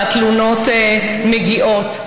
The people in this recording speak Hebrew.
והתלונות מגיעות,